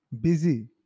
busy